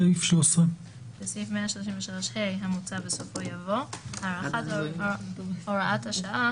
13. בסעיף 133ה המוצע בסופו יבוא "הארכת הוראת השעה